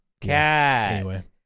Cat